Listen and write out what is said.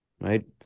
right